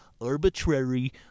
Arbitrary